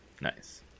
Nice